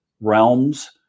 realms